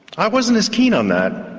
i wasn't as keen on that.